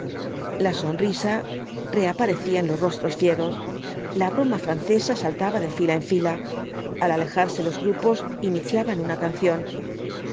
la sonrisa reaparecía en les rostros fieros la broma francesa saltaba de ñla en fila al alejarse los grupos iniciaban una canción